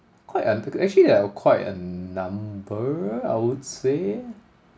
quite an actually there are quite a number I would say